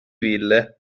ville